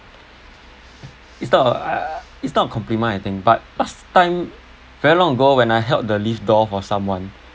it's not uh it's not a compliment I think but last time very long ago when I held the lift door for someone